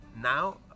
Now